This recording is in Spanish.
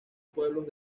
pueblos